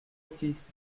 six